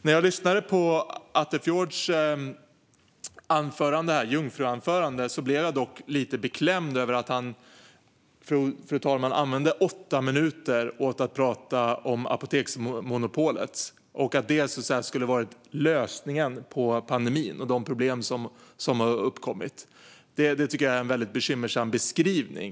När jag lyssnade på Attefjords jungfruanförande blev jag dock lite beklämd, fru talman, över att han använde åtta minuter till att prata om apoteksmonopolet och att det skulle ha varit lösningen på pandemin och de problem som har uppkommit. Detta tycker jag är en väldigt bekymmersam beskrivning.